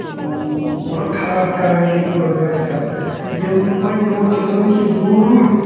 مطلب خراب کامہِ یِم لٔڑکہٕ ٲسۍ کَران ییٚلہِ وۄنۍ تِمو چیزو نِش یِم دوٗر روٗدۍ